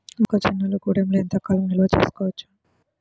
మొక్క జొన్నలు గూడంలో ఎంత కాలం నిల్వ చేసుకోవచ్చు?